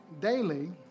daily